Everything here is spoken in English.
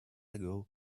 ago